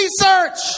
research